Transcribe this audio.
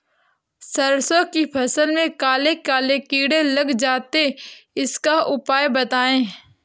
सरसो की फसल में काले काले कीड़े लग जाते इसका उपाय बताएं?